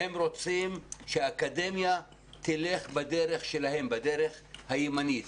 הם רוצים שהאקדמיה תלך בדרך שלהם, בדרך הימנית,